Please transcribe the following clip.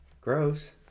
Gross